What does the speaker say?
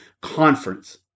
conference